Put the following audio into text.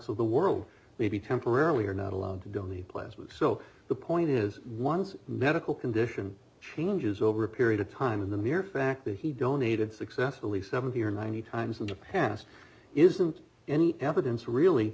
of the world maybe temporarily are not allowed to do on the plasma so the point is once medical condition changes over a period of time in the mere fact that he donated successfully seventy or ninety times in the past isn't any evidence really